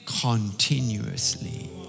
continuously